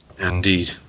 Indeed